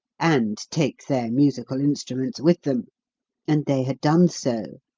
and take their musical instruments with them and they had done so,